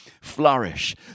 flourish